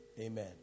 Amen